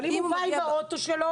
אבל אם הוא בא עם האוטו שלו?